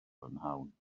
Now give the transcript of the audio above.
prynhawn